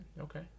Okay